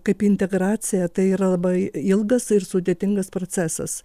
kaip integracija tai yra labai ilgas ir sudėtingas procesas